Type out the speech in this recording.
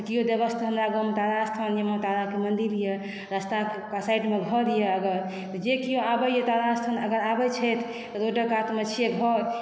तऽ केओ हमरा गाँवमे तारा स्थान यऽ माँ ताराके मन्दिर यऽ रास्ताके साइडमे घर यऽ अगर तऽ जे केओ आबइए तारा स्थान अगर आबय छथि रोडक कातमे छै घर